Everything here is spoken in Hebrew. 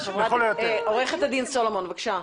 עורכת הדין סלומון, בבקשה.